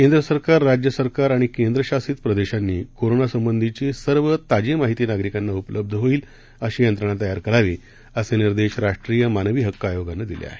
केंद्र सरकार राज्य सरकार आणि केंद्रशासित प्रदेशांनी कोरोना संबंधीची सर्व ताजी माहिती नागरिकांना उपलब्ध होईल अशी यंत्रणा तयार करावी असे निर्देश राष्ट्रीय मानवी हक्क आयोगानं दिले आहेत